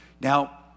Now